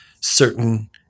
certain